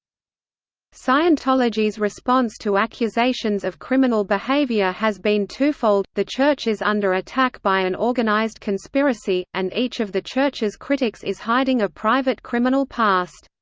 scientology's response to accusations of criminal behavior has been twofold the church is under attack by an organized conspiracy, and each of the church's critics is hiding a private criminal past.